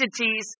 entities